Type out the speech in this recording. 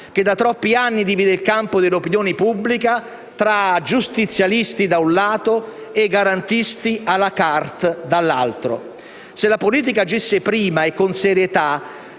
che da troppi anni divide il campo dell'opinione pubblica tra giustizialisti da un lato e garantisti *à la carte* dall'altro. Se la politica agisse prima e con serietà